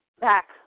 back